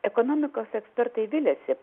ekonomikos ekspertai viliasi